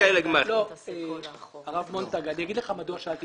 לא שאלתי